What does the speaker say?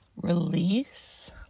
release